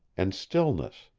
and stillness,